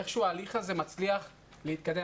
איכשהו ההליך הזה מצליח להתקדם.